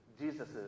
Jesus